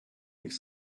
mich